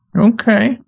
Okay